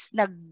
nag